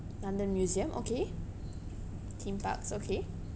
london museum okay theme parks okay